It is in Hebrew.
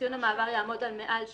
ציון המעבר יעמוד על מעל 80%,